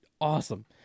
awesome